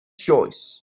choice